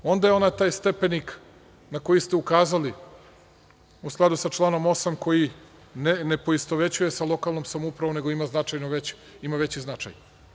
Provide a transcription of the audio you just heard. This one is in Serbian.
Onda je ona taj stepenik na koji ste ukazali, u skladu sa članom 8. koji ne poistovećuje sa lokalnom samoupravom, nego ima veći značaj.